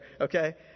Okay